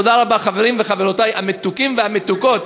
תודה רבה, חברי וחברותי המתוקות והמתוקים.